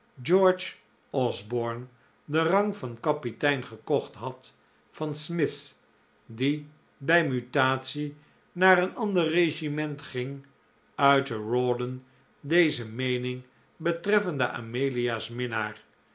george osborne den rang van kapitein gekocht had van smith die bij mutatie naar een ander regiment ging uitte rawdon deze meening betreffende amelia's minnaar